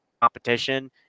competition